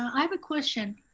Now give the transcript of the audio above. i have a question.